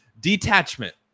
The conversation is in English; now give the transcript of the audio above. Detachment